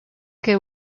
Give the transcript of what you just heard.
que